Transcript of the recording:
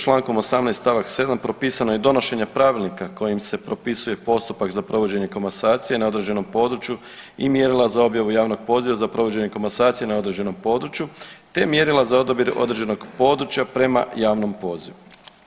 Čl. 18. st. 7. propisano je donošenje pravilnika kojim se propisuje postupak za provođenje komasacije na određenom području i mjerila za objavu javnog poziva za provođenje komasacije na određenom području, te mjerila za odabir određenog područja prema javnom pozivu.